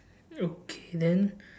okay then